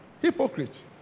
Hypocrite